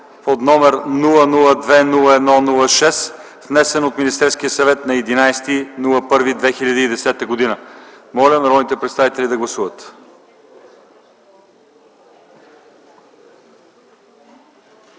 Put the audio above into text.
фонд, № 002-01-6, внесен от Министерския съвет на 11.01.2010 г. Моля народните представители да гласуват.